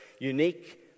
unique